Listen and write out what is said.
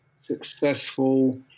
successful